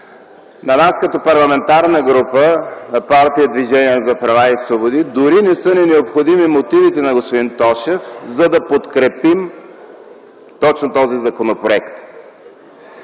На нас като парламентарна група на партията „Движение за права и свободи” дори не са ни необходими мотивите на господин Тошев, за да подкрепим точно този законопроект.